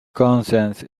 conscience